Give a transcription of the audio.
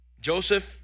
Joseph